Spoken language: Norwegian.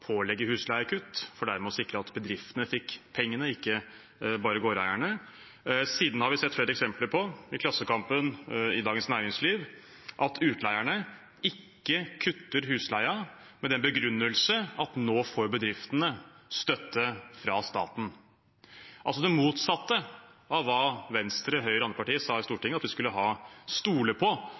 pålegge husleiekutt for dermed å sikre at bedriftene fikk pengene og ikke bare gårdeierne. Siden har vi sett flere eksempler på – i Klassekampen, i Dagens Næringsliv – at utleierne ikke kutter i husleien, med den begrunnelse at nå får bedriftene støtte fra staten, altså det motsatte av hva Venstre, Høyre og andre partier sa i Stortinget om at vi skulle stole på